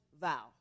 vow